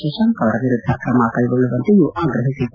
ಶಶಾಂಕ್ ಅವರ ವಿರುದ್ಧ ಕ್ರಮ ಕೈಗೊಳ್ಳುವಂತೆಯೂ ಆಗ್ರಹಿಸಿತ್ತು